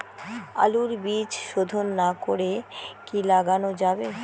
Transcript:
আলুর বীজ শোধন না করে কি লাগানো যাবে?